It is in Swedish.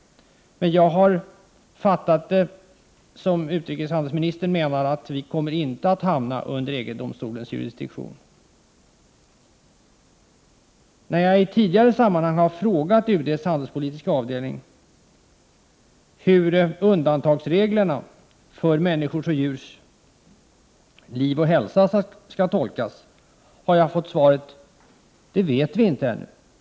Men jag har uppfattat utrikeshandelsministern så, att han menar att vi inte kommer att hamna under EG-domstolens jurisdiktion. När jag i tidigare sammanhang har frågat UD:s handelspolitiska avdelning hur undantagsreglerna för människors och djurs liv och hälsa skall tolkas har jag fått svaret: ”Det vet vi inte ännu.